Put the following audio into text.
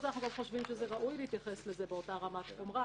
חושבים שראוי להתייחס לזה באותה רמת חומרה,